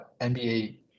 NBA